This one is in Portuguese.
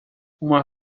uma